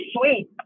sweet